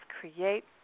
create